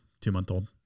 two-month-old